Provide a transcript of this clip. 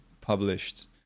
published